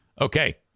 Okay